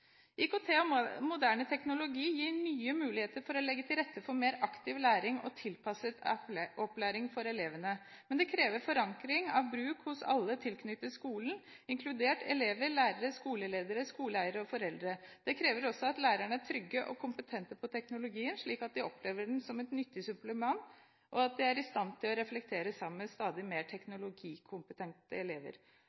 IKT og moderne teknologi gir nye muligheter for å legge til rette for mer aktiv læring og tilpasset opplæring for elevene. Men det krever forankring av bruk hos alle tilknyttet skolen, inkludert elever, lærere, skoleledere, skoleeiere og foreldre. Det krever også at lærerne er trygge på og kompetente når det gjelder teknologien, slik at de opplever den som et nyttig supplement, og at de er i stand til å reflektere sammen med stadig mer